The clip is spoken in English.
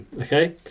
Okay